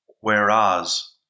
Whereas